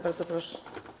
Bardzo proszę.